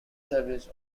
service